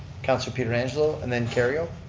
councillor pietrangelo and then kerrio.